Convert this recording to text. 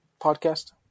podcast